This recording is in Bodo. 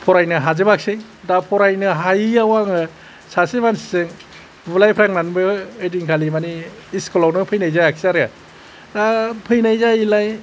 फरायनो हाजोबासै दा फरायनो हायैआव आङो आं सासे मानसि जों बुंलाय फ्लांनानैबो ऐदिन खालि मानि स्कुलाव नो फैनाय जायासै आरो दा फैनाय जायैलाय